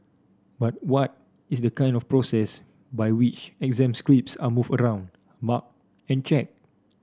but what is the kind of process by which exam scripts are moved around marked and checked